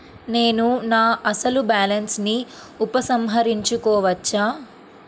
నేను నా అసలు బాలన్స్ ని ఉపసంహరించుకోవచ్చా?